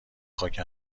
خاک